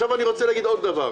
אני רוצה להגיד עוד דבר.